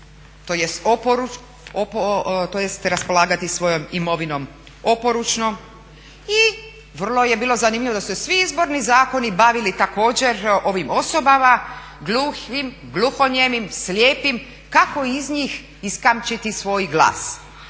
volje tj. raspolagati svojom imovinom oporučno i vrlo je bilo zanimljivo da su se svi Izborni zakoni bavili također ovim osobama gluhim, gluhonjemim, slijepim kako iz njih iskamčiti svoj glas.